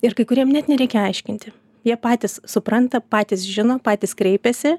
ir kai kuriem net nereikia aiškinti jie patys supranta patys žino patys kreipėsi